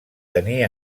tenir